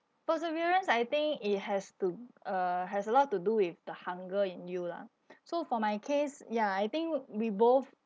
perseverance I think it has to uh has a lot to do with the hunger in you lah so for my case ya I think we both